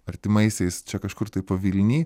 artimaisiais čia kažkur tai pavilny